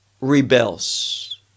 rebels